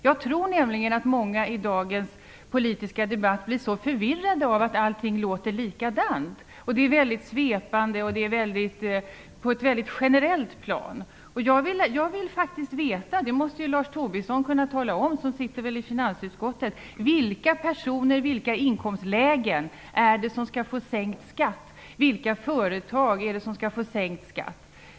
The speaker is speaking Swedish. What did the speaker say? Jag tror nämligen att många i dagens politiska debatt blir förvirrade av att allting låter likadant. Allt är väldigt svepande och ligger på ett väldigt generellt plan. Jag vill faktiskt veta - det måste ju Lars Tobisson som väl sitter i finansutskottet kunna tala om - vilka personer, vilka inkomstlägen, är det som skall få sänkt skatt? Vilka företag är det som skall få sänkt skatt?